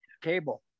cable